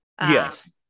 yes